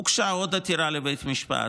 הוגשה עוד עתירה לבית משפט.